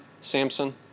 Samson